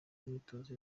myitozo